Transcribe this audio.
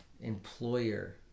employer